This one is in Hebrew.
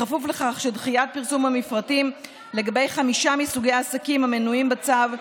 בכפוף לכך שדחיית פרסום המפרטים לגבי חמישה מסוגי העסקים המנויים בצו,